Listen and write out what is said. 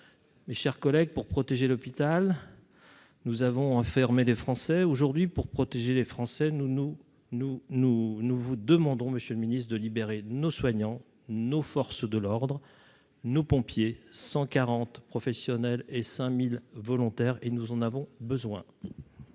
mes chers collègues, pour protéger l'hôpital nous avons fermé des Français aujourd'hui pour protéger les Français, nous, nous, nous, nous, nous vous demandons, monsieur le Ministre de libérer nos soignants nos forces de l'ordre nos pompiers 140 professionnels et 5000 volontaires et nous en avons besoin.